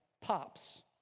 pops